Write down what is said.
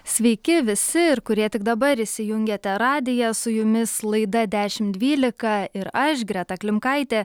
sveiki visi ir kurie tik dabar įsijungėte radiją su jumis laida dešim dvylika ir aš greta klimkaitė